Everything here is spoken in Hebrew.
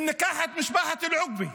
אם ניקח את משפחת אל-עוקבי,